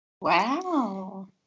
Wow